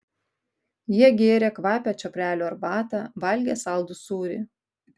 jie gėrė kvapią čiobrelių arbatą valgė saldų sūrį